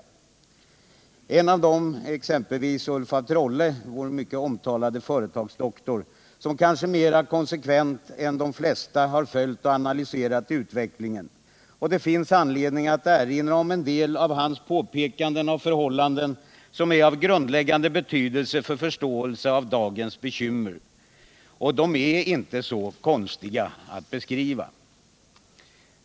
En av dem är exempelvis Ulf af Trolle — vår mycket omtalade företagsdoktor - som kanske mer konsekvent än de flesta har följt och analyserat utvecklingen. Det finns anledning att erinra om en del av hans påpekanden av förhållanden som är av grundläggande betydelse för förståelsen av dagens bekymmer. De är inte så konstiga att beskriva.